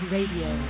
Radio